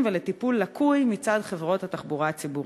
ולטיפול לקוי מצד חברות התחבורה הציבורית.